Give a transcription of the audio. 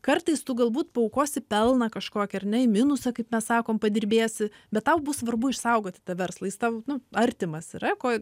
kartais tu galbūt paaukosi pelną kažkokį ar ne į minusą kaip mes sakom padirbėsi bet tau bus svarbu išsaugoti tą verslą jis tau nu artimas yra ko